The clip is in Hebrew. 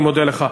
אני מודה לך.